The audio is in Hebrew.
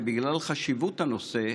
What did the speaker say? שבגלל חשיבות הנושא,